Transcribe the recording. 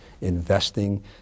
investing